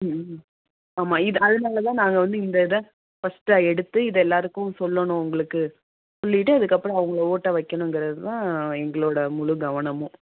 ம் ம் ஆமாம் இது அதனால தான் நாங்கள் வந்து இந்த இதை ஃபஸ்ட்டாக எடுத்து இதை எல்லோருக்கும் சொல்லணும் உங்களுக்கு சொல்லிவிட்டு அதுக்கப்புறம் அவங்கள ஓட்ட வைக்கணும்ங்கறது தான் எங்களோடய முழு கவனமும்